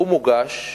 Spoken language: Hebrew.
הוא מוגש,